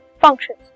functions